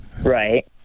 right